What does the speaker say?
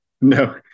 no